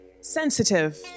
sensitive